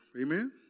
Amen